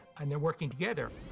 and they're working together.